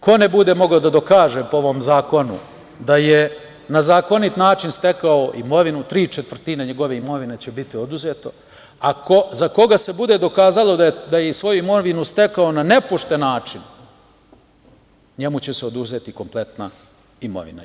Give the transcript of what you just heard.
Ko ne bude mogao da dokaže po ovom zakonu da je na zakonit način stekao imovinu, tri četvrtine njegove imovine će biti oduzeto, a za koga se bude dokazalo da je svoju imovinu stekao na nepošten način, njemu će se oduzeti kompletna imovina.